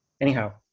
Anyhow